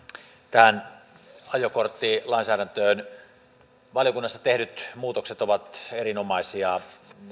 tähän ajokorttilainsäädäntöön valiokunnassa tehdyt muutokset ovat erinomaisia